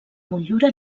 motllura